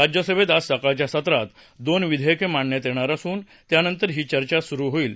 राज्यसभेत आज सकाळच्या सत्रात दोन विधेयके मांडण्यात येणार असून त्यानंतर ही चर्चा सुरू होईल